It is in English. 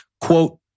Quote